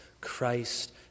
Christ